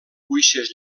cuixes